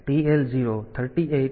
TL 0 38 39 3a 3b છે